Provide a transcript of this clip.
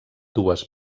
dues